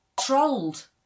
trolled